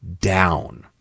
down